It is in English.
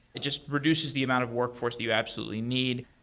it just reduces the amount of workforce that you absolutely need.